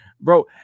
bro